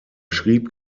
schrieb